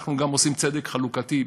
ואנחנו גם עושים צדק חלוקתי,